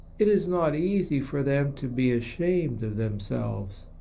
it is not easy for them to be ashamed of themselves.